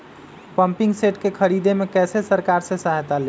Pumping set के ख़रीदे मे कैसे सरकार से सहायता ले?